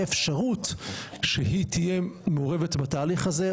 אפשרות שהיא תהיה מעורבת בתהליך הזה,